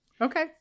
Okay